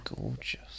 Gorgeous